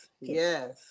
yes